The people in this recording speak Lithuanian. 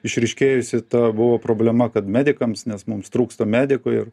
išryškėjusi ta buvo problema kad medikams nes mums trūksta medikų ir